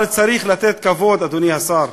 אבל צריך לתת כבוד, אדוני השר.